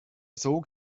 sog